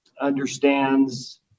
understands